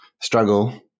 struggle